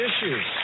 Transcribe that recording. issues